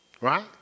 Right